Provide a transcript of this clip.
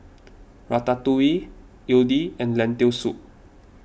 Ratatouille Idili and Lentil Soup